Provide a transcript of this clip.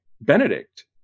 Benedict